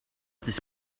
this